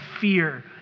fear